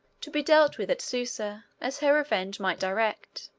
to be dealt with, at susa, as her revenge might direct.